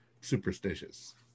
superstitious